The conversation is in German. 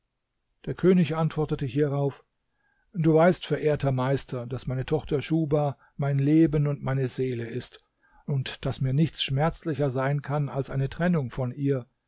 der könig antwortete hierauf du weißt verehrter meister daß meine tochter schuhba mein leben und meine seele ist und daß mir nichts schmerzlicher sein kann als eine trennung von ihr